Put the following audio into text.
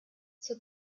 zur